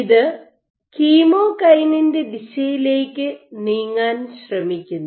അത് കീമോകൈനിൻ്റെ ദിശയിലേക്ക് നീങ്ങാൻ ശ്രമിക്കുന്നു